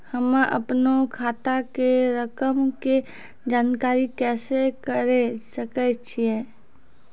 हम्मे अपनो खाता के रकम के जानकारी कैसे करे सकय छियै?